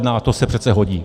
A to se přece hodí.